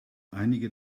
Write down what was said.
einige